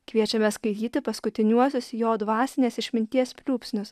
kviečiame skaityti paskutiniuosius jo dvasinės išminties pliūpsnius